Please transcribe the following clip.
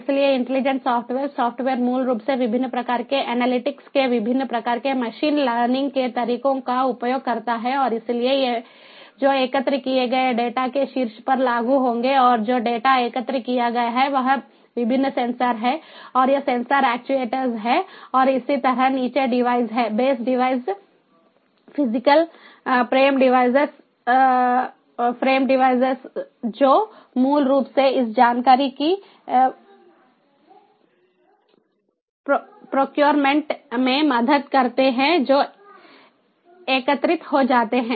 इसलिए intelligent software software मूल रूप से विभिन्न प्रकार के एनालिटिक्स के विभिन्न प्रकार के मशीन लर्निंग के तरीकों का उपयोग करता है और इसलिए ये जो एकत्र किए गए डेटा के शीर्ष पर लागू होंगे और जो डेटा एकत्र किया गया है वह विभिन्न सेंसर से है और ये सेंसर एक्ट्यूएटर्स हैं और इसी तरहनीचे डिवाइस हैं बेस डिवाइस फिजिकल प्रेमडिवाइस जो मूल रूप से इस जानकारी की प्रोक्योरमेंट में मदद करते हैं जो एकत्रित हो जाते हैं